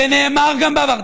זה נאמר גם בעבר.